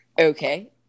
Okay